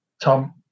Tom